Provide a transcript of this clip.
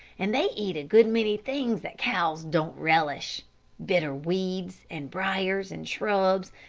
and they eat a good many things that cows don't relish bitter weeds, and briars, and shrubs,